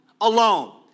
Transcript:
Alone